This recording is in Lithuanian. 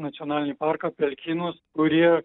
nacionalinį parką pelkynus kurie